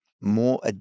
more